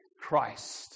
Christ